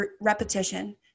repetition